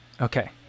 okay